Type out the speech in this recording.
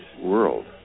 world